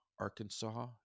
Arkansas